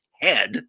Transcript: head